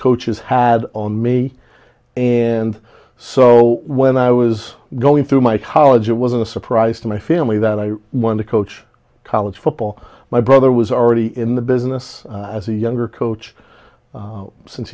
coaches had on me and so when i was going through my college it wasn't a surprise to my family that i want to coach college football my brother was already in the business as a younger coach since